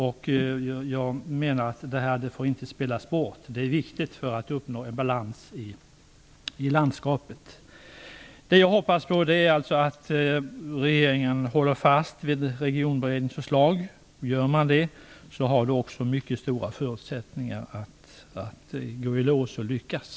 Jag menar att det här inte får spelas bort. Det är viktigt för att uppnå en balans i landskapet. Jag hoppas alltså att regeringen håller fast vid Regionberedningens förslag. Gör man det så har detta också mycket stora förutsättningar att gå i lås och lyckas.